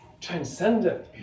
transcendent